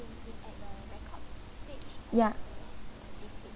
ya